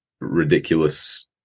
ridiculous